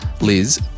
Liz